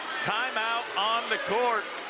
timeout on the court.